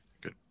Good